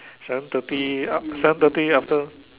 seven thirty af~ seven thirty after